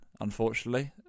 unfortunately